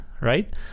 right